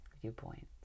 viewpoint